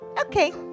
Okay